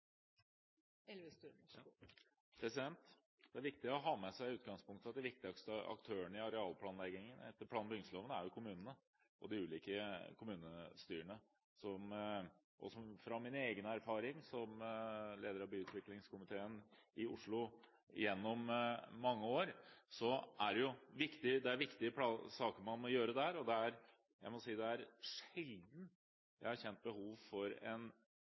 Det er i utgangspunktet viktig å ha med seg at de viktigste aktørene i arealplanleggingen etter plan- og bygningsloven er kommunene og de ulike kommunestyrene. Fra min egen erfaring som leder av byutviklingskomiteen i Oslo gjennom mange år, er det viktig det man må gjøre der, og jeg må si det var sjelden jeg kjente behov for en